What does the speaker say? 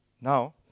Now